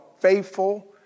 faithful